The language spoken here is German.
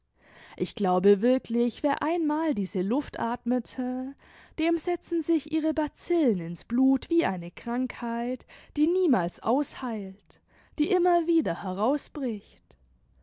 ich glaube wirklich wer einmal diese luft atmete dem setzen sich ihre bazillen ins blut wie eine krankheit die niemals ausheilt die immer wieder